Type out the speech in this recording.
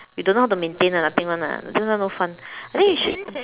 you don't know how to maintain [one] ah nothing [one] ah this one no fun I think you should